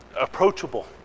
approachable